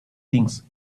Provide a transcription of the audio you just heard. things